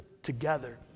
together